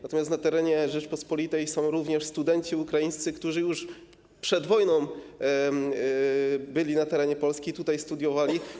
Natomiast na terenie Rzeczypospolitej są również studenci ukraińscy, którzy już przed wojną byli na terenie Polski, tutaj studiowali.